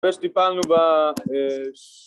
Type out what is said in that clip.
ושטיפלנו בה...